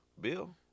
Bill